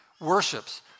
worships